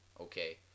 okay